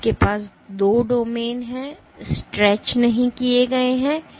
तो आपके पास दो डोमेन हैं जो स्ट्रेच नहीं किए गए हैं